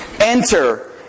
enter